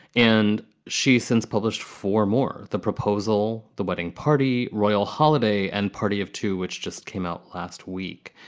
and she's since published four more. the proposal, the wedding party, royal holiday and party of two, which just came out last week,